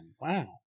Wow